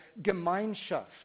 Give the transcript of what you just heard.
Gemeinschaft